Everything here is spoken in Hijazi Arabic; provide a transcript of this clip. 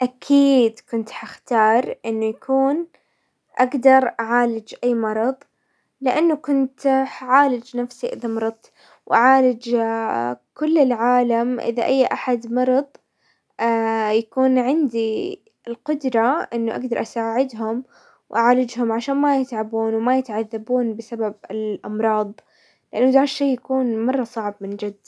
اكيد كنت حختار انه يكون اقدر اعالج اي مرض، لانه كنت حعالج نفسي اذا مرضت واعالج كل العالم، اذا اي احد مرض يكون عندي القدرة انه اقدر اساعدهم واعالجهم عشان ما يتعبون وما يتعذبون بسبب الامراض، لانه دا الشي يكون مرة صعب من جد.